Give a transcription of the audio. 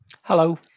Hello